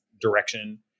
direction